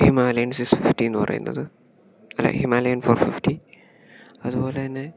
Himalayan six ഫിഫ്റ്റിയെന്നു പറയുന്നത് അല്ല ഹിമാലയൻ ഫോർ ഫിഫ്റ്റി അതുപോലെതന്നെ